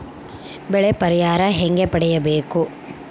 ಬೆಳೆ ಪರಿಹಾರ ಹೇಗೆ ಪಡಿಬೇಕು?